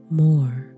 more